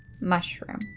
mushroom